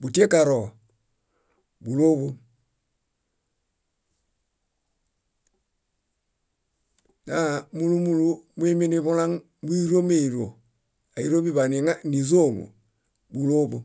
butiẽkaroo búloḃom, na múlu múlu muiminiḃulaŋ múiromeiro, áiro mimaa nízomo, búloḃom.